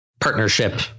partnership